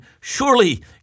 surely